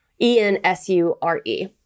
E-N-S-U-R-E